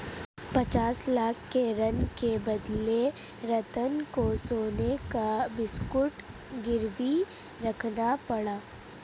पचास लाख के ऋण के बदले रतन को सोने का बिस्कुट गिरवी रखना पड़ा